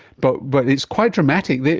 but but it's quite dramatic.